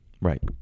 Right